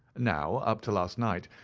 now, up to last night,